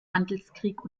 handelskrieg